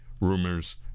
rumors